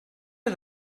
you